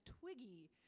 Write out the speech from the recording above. Twiggy